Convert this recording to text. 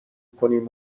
کنیم